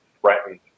threatened